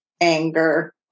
anger